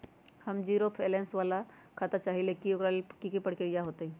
हम zero balance वाला खाता चाहइले वो लेल की की प्रक्रिया होतई?